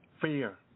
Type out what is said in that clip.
Fear